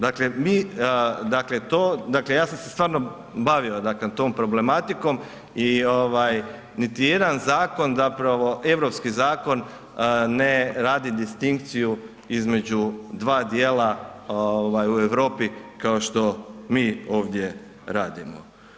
Dakle mi, dakle to, ja sam se stvarno bavio tom problematikom i ovaj niti jedan zakon zapravo, europski zakon zapravo ne radi distinkciju između dva dijela ovaj u Europi kao što mi ovdje radimo.